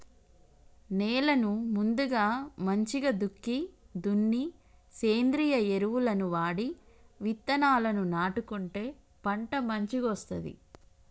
నేలను ముందుగా మంచిగ దుక్కి దున్ని సేంద్రియ ఎరువులను వాడి విత్తనాలను నాటుకుంటే పంట మంచిగొస్తది